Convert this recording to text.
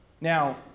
now